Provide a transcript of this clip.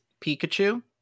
Pikachu